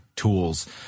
tools